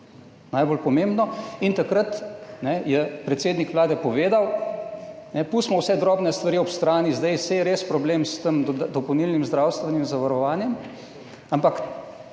najbolj pomembno. Takrat je predsednik Vlade povedal, pustimo vse drobne stvari ob strani, saj je res problem s tem dopolnilnim zdravstvenim zavarovanjem, ampak